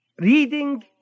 reading